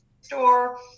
store